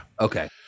Okay